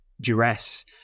duress